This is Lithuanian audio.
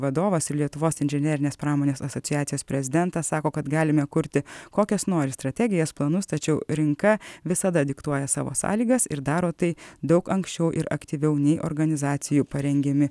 vadovas lietuvos inžinerinės pramonės asociacijos prezidentas sako kad galime kurti kokias nors strategijas planus tačiau rinka visada diktuoja savo sąlygas ir daro tai daug anksčiau ir aktyviau nei organizacijų parengiami